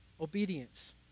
Obedience